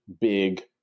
big